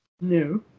No